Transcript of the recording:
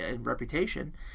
reputation